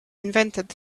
invented